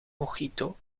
mojito